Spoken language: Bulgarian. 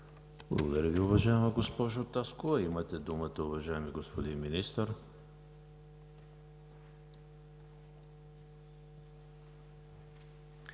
Благодаря Ви, уважаема госпожо Таскова. Имате думата, уважаеми господин Министър.